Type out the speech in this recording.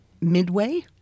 Midway